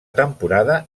temporada